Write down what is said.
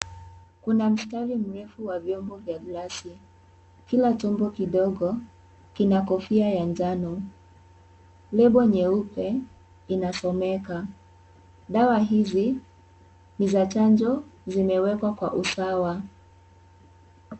Kama mtari mrefu wa vyombo vya glasi, Kila chombo kidogo Kuna kofia ya njano, lebo nyeupe inasomeka. Dawa hizi ni za chanjo zimewekwa kwa usawa.